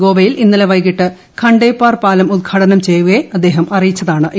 ഗോവയിൽ ഇന്നലെ വൈകിട്ട് ഖണ്ഡേപാർ പാലം ഉത്ഘാടനം ചെയ്യവെ അദ്ദേഹം അറിയിച്ചതാണ് ഇക്കാര്യം